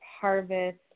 harvest